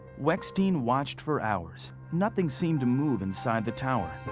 weckstein watched for hours. nothing seemed move inside the tower.